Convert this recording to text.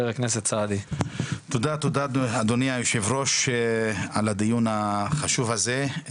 תודה אדוני היושב ראש, על הדיון החשוב הזה.